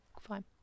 fine